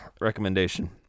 recommendation